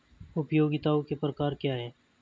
उपयोगिताओं के प्रकार क्या हैं?